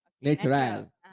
natural